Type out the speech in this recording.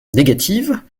négatives